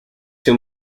two